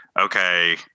okay